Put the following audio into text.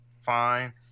fine